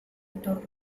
entorno